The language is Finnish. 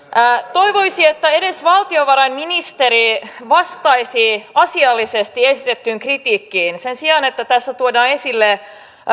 toivoisi että edes valtiovarainministeri vastaisi asiallisesti esitettyyn kritiikkiin sen sijaan että tässä tuodaan esille